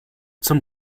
zum